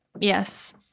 Yes